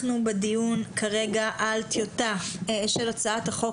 אנחנו בדיון כרגע על טיוטה של הצעת חוק